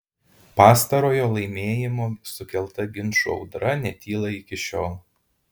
pastarojo laimėjimo sukelta ginčų audra netyla iki šiol